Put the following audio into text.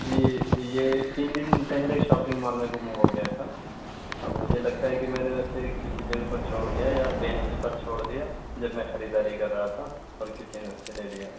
جی یہ تین دِن پہلے شاپنگ مال میں گُم ہو گیا تھا اب مجھے لگتا ہے کہ میں نے اُسے کسی جگہ پر چھوڑ دیا یا بینچ پر چھوڑ دیا جب میں خریداری کر رہا تھا اور کسی نے اُسے لے لیا